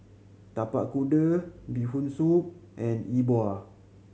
Tapak Kuda Bee Hoon Soup and E Bua